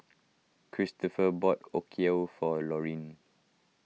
Cristopher bought Okayu for Laurine